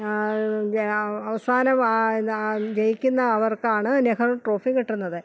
അവസാനം ജയിക്കുന്ന അവർക്കാണ് നെഹ്റു ട്രോഫി കിട്ടുന്നത്